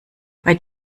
bei